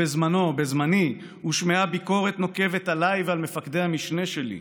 בזמני הושמעה ביקורת נוקבת עליי ועל מפקדי המשנה שלי,